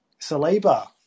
Saliba